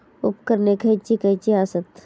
उपकरणे खैयची खैयची आसत?